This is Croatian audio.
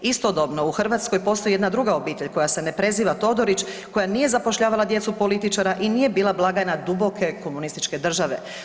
Istodobno u Hrvatskoj postoji jedna druga obitelj koja se ne preziva Todorić, koja nije zapošljavala djecu političara i nije bila blagajna duboke komunističke države.